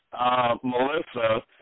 Melissa